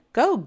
go